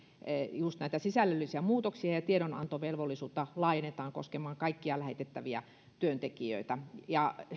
just näitä sisällöllisiä muutoksia ja tiedonantovelvollisuutta laajennetaan koskemaan kaikkia lähetettäviä työntekijöitä